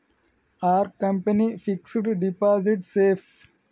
Are company fixed deposit safe?